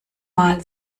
mal